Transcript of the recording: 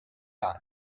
down